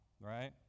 right